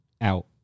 out